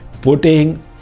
putting